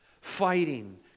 fighting